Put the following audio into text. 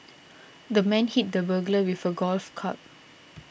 the man hit the burglar with a golf club